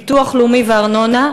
ביטוח לאומי וארנונה.